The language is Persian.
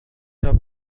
چاپ